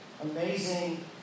amazing